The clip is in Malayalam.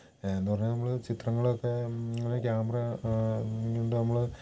എന്നു പറഞ്ഞാൽ നമ്മൾ ചിത്രങ്ങളൊക്കെ ക്യാമറ കൊണ്ട് നമ്മൾ